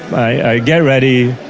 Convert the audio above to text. i get ready,